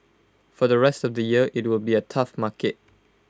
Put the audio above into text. for the rest of the year IT will be A tough market